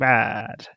Bad